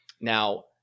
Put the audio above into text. Now